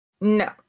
No